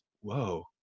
Whoa